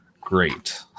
great